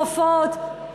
רופאות,